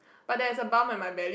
but there's a bump on my belly